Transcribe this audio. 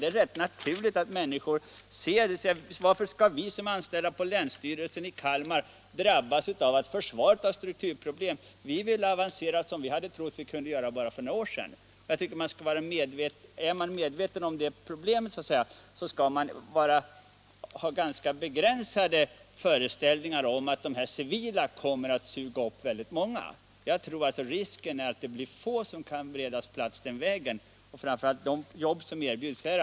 Det är väl rätt naturligt att man t.ex. resonerar så, att varför skall de som är anställda på länsstyrelsen i Kalmar drabbas av att försvaret har strukturproblem. De vill avancera så som de bara för några år sedan hade trott att de kunde göra. Om man är medveten om sådana här problem, kan man inte ha alltför säkra föreställningar om att de civila myndigheterna kommer att träda in och anställa folk från försvaret. Jag tror att risken finns att mycket få kan beredas plats den vägen, särskilt när det gäller de jobb som erbjuds här.